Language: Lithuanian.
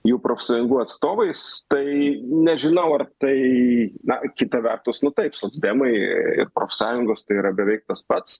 jų profsąjungų atstovais tai nežinau ar tai na kita vertus nu taip socdemai ir profsąjungos tai yra beveik tas pats